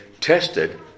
tested